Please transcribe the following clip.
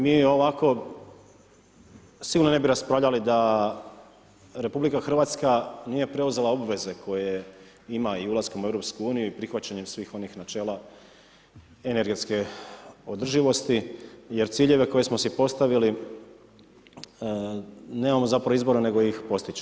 Mi ovako sigurno ne bi raspravljali da RH nije preuzela obveze koje ima i ulaskom u EU i prihvaćanjem svih onih načela energetske održivosti jer ciljeve koje smo si postavili nemamo zapravo izbora nego ih postići.